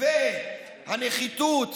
והנחיתות